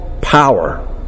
power